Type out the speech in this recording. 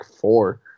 four